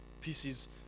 pieces